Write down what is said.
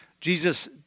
Jesus